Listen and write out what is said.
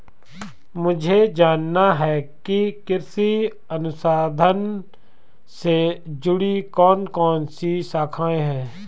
मुझे जानना है कि कृषि अनुसंधान से जुड़ी कौन कौन सी शाखाएं हैं?